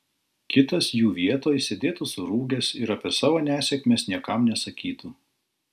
kitas jų vietoj sėdėtų surūgęs ir apie savo nesėkmes niekam nesakytų